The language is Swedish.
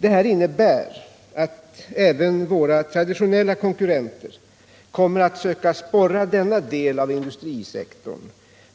Detta innebär att även våra traditionella konkurrenter kommer att söka sporra denna del av industrisektorn